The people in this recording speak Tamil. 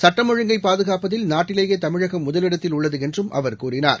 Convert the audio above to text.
சுட்டம் ஒழுங்கை பாதுகாப்பதில் நாட்டிலேயேதமிழகம் முதலிடத்தில் உள்ளதுஎன்றுஅவர் கூறினார்